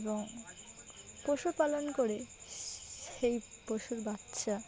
এবং পশুপালন করে সেই পশুর বাচ্চা